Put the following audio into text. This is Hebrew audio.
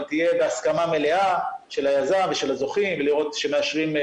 אבל היא תהיה בהסכמה מלאה של היזם ושל הזוכים ולראות שמאשרים,